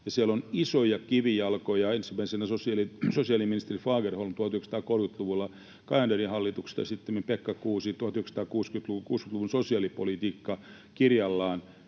Siellä on isoja kivijalkoja, ensimmäisenä sosiaaliministeri Fagerholm 1930-luvulla Cajanderin hallituksesta ja sittemmin Pekka Kuusi ”60-luvun sosiaalipolitiikka” -kirjallaan,